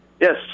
Yes